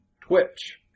twitch